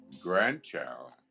Grandchild